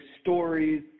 stories